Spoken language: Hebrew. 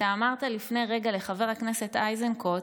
לפני רגע אמרת לחבר הכנסת איזנקוט: